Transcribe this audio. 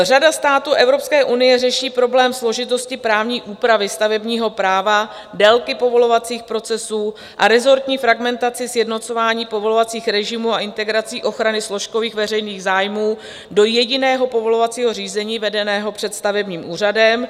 Řada států Evropské unie řeší problém složitosti právní úpravy stavebního práva, délky povolovacích procesů a rezortní fragmentaci sjednocování povolovacích režimů a integrací ochrany složkových veřejných zájmů do jediného povolovacího řízení vedeného před stavebním úřadem.